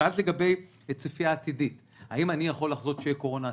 שאלת לגבי הצפי העתידי האם אני יכול לחזות שתהיה קורונה עתידית?